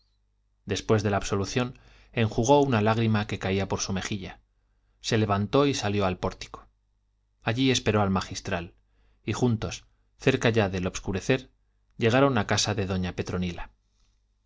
después de la absolución enjugó una lágrima que caía por su mejilla se levantó y salió al pórtico allí esperó al magistral y juntos cerca ya del obscurecer llegaron a casa de doña petronila